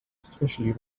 especially